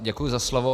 Děkuji za slovo.